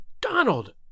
Donald